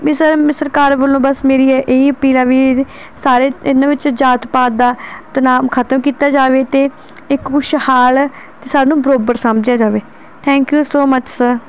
ਵੀ sir ਮੈਂ ਸਰਕਾਰ ਵੱਲੋਂ ਬਸ ਮੇਰੀ ਇਹ ਹੈ ਇਹੀ ਅਪੀਲ ਆ ਵੀ ਸਾਰੇ ਇਹਨਾਂ ਵਿੱਚ ਜਾਤ ਪਾਤ ਦਾ ਤਾਂ ਨਾਮ ਖਤਮ ਕੀਤਾ ਜਾਵੇ ਅਤੇ ਇਹ ਖੁਸ਼ਹਾਲ ਅਤੇ ਸਾਨੂੰ ਬਰਾਬਰ ਸਮਝਿਆ ਜਾਵੇ thank you so much sir